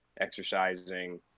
exercising